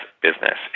business